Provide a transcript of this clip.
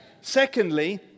Secondly